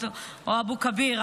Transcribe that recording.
או אבו כביר.